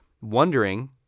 wondering